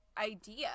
idea